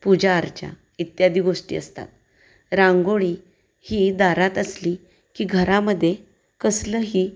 पूजाअर्च्या इत्यादी गोष्टी असतात रांगोळी ही दारात असली की घरामध्ये कसलंही